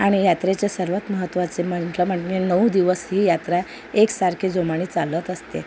आणि यात्रेचे सर्वात महत्त्वाचे म्हटलं म्हणजे नऊ दिवस ही यात्रा एकसारखी जोमाने चालत असते